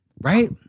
Right